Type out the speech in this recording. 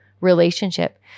relationship